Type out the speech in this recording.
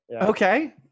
Okay